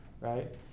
Right